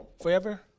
forever